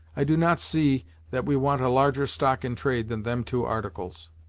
i do not see that we want a larger stock in trade than them two articles.